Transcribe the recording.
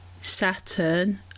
saturn